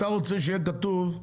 אתה רוצה שיהיה כתוב,